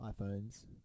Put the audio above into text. iPhones